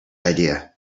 idea